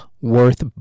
worth